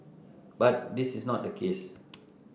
but this is not the case